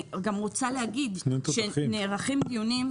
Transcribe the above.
נערכים דיונים,